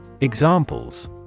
Examples